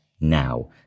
now